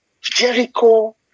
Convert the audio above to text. Jericho